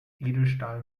edelstahl